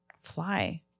Fly